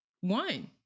one